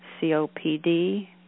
COPD